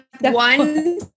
one